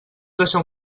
deixar